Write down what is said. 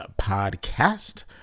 podcast